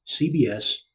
CBS